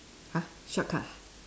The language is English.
!huh! shortcut ah